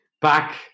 back